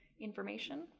information